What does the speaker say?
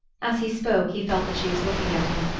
as he spoke he felt that she was looking at him,